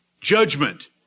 judgment